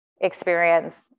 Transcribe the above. experience